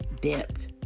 depth